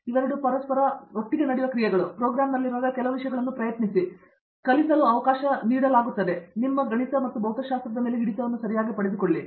ಆದ್ದರಿಂದ ನೀವು ಪ್ರೋಗ್ರಾಂನಲ್ಲಿರುವಾಗ ಕೆಲವು ವಿಷಯಗಳನ್ನು ಪ್ರಯತ್ನಿಸಿ ಮತ್ತು ಕಲಿಸಲು ಅವಕಾಶವನ್ನು ನೀಡಲಾಗುತ್ತದೆ ಮತ್ತು ಹೌದು ನಿಮ್ಮ ಗಣಿತ ಮತ್ತು ಭೌತಶಾಸ್ತ್ರವನ್ನು ಸರಿಯಾಗಿ ಪಡೆದುಕೊಳ್ಳಿ